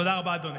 תודה רבה, אדוני.